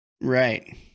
Right